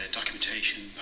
documentation